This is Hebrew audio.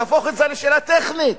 להפוך את זה לשאלה טכנית,